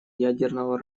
ядерного